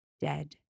dead